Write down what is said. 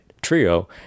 trio